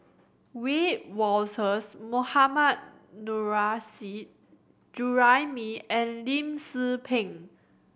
Wiebe Wolters Mohammad Nurrasyid Juraimi and Lim Tze Peng